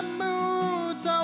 moods